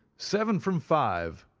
seven from five,